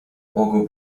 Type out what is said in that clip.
mogą